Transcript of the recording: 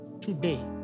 today